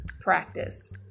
practice